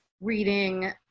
reading